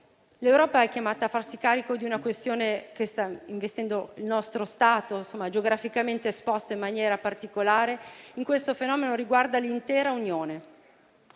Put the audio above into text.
L'Europa è chiamata a farsi carico di una questione che sta investendo il nostro Stato, geograficamente esposto in maniera particolare, ma questo fenomeno riguarda l'intera Unione.